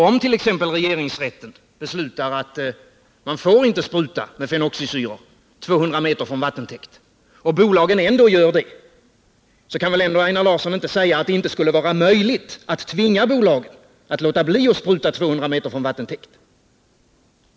Om exempelvis regeringsrätten beslutar att man inte får spruta med fenoxisyror 200 m från vattentäkt och bolagen ändå gör det, så kan väl ändå inte Einar Larsson säga att det inte skulle kunna vara möjligt att tvinga bolagen att låta bli att göra det.